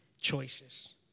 choices